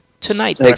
Tonight